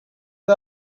the